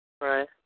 Right